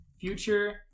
Future